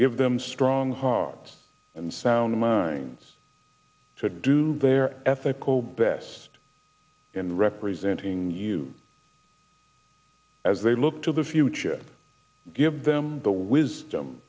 give them strong heart and sound minds to do their ethical best in representing you as they look to the future give them the wisdom